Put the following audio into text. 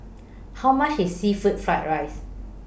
How much IS Seafood Fried Rice